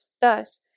Thus